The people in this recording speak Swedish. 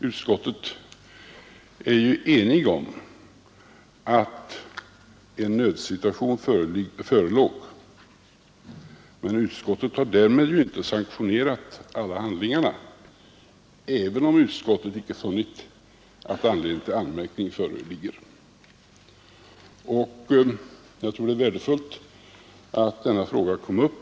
Utskottet är enigt om att en nödsituation förelåg, men utskottet har därmed inte sanktionerat alla handlingarna även om utskottet inte funnit att anledning till anmärkning föreligger. Jag tror det är värdefullt att denna fråga kom upp.